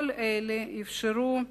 כל אלה יאפשרו את